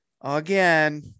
again